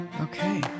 Okay